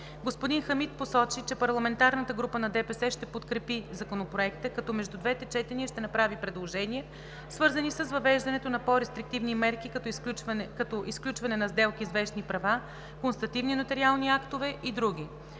Господин Хамид Хамид посочи, че парламентарната група на ДПС ще подкрепи Законопроекта, като между двете четения ще направят предложения, свързани с въвеждането на по-рестриктивни мерки, като изключване на сделки с вещни права, констативни нотариални актове и други.